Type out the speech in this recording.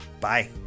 bye